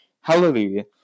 Hallelujah